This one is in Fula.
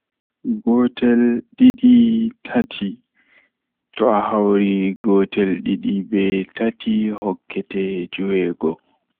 Gootel, Didi, Tati, To ahawri gotel didi be tati hokkete jweego.